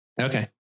Okay